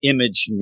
Image